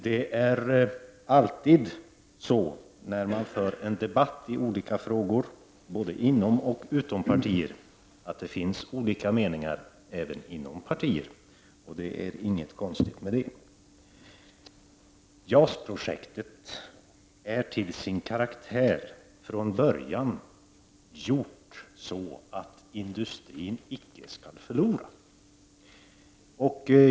Det är alltid så, när man för en debatt i olika frågor både inom och utom partier, att det finns olika meningar även inom partier. Det är inget konstigt med det. JAS-projektet är till sin karaktär från början gjort så att industrin icke skall förlora.